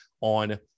on